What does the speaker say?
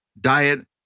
diet